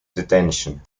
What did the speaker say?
detention